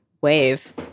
wave